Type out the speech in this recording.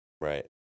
Right